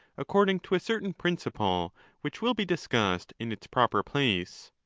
according to a certain principle which will be discussed in its proper place,